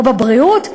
או בבריאות?